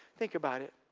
think about it.